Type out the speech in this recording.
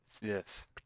yes